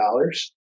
dollars